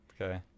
Okay